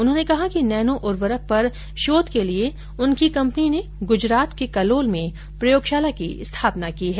उन्होंने कहा कि नैनो उर्वरक पर शोध के लिए उनकी कंपनी ने गुजरात के कलोल में प्रयोगशाला की स्थापना की है